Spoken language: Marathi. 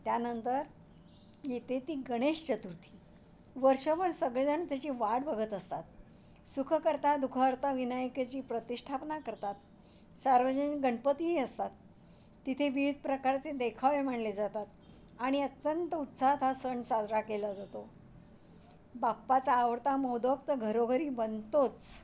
त्यानंतर येते ती गणेश चतुर्थी वर्षभर सगळेजण त्याची वाट बघत असतात सुखकर्ता दु खहर्ता विनायकाची प्रतिष्ठापना करतात सार्वजनिक गणपतीही असतात तिथे विविध प्रकारचे देखावे मांडले जातात आणि अत्यंत उत्साहात हा सण साजरा केला जातो बाप्पाचा आवडता मोदक तर घरोघरी बनतोच